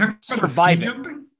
surviving